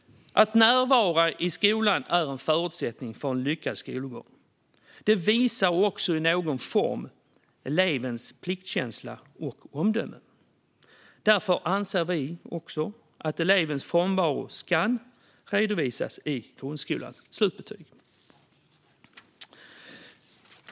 Att närvara i skolan är en förutsättning för en lyckad skolgång. Det visar också i någon form elevens pliktkänsla och omdöme. Därför anser vi också att elevens frånvaro ska redovisas i grundskolans slutbetyg.